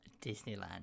Disneyland